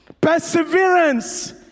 Perseverance